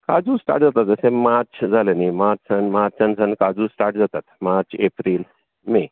काजू स्टार्ट जाता तशे माच जाले न्हय मार्च मार्चानसावन काजू स्टार्ट जातात मार्च एप्रील मे